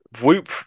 Whoop